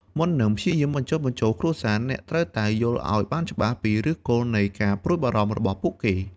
មុននឹងព្យាយាមបញ្ចុះបញ្ចូលគ្រួសារ អ្នកត្រូវតែយល់ឲ្យបានច្បាស់ពីឫសគល់នៃការព្រួយបារម្ភរបស់ពួកគេ។